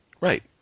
Right